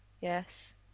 yes